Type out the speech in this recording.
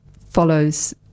follows